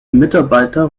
mitarbeiter